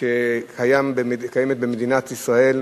שקיים במדינת ישראל,